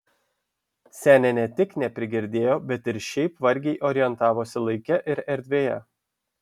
senė ne tik neprigirdėjo bet ir šiaip vargiai orientavosi laike ir erdvėje